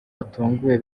batunguwe